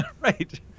Right